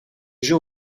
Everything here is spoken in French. jeux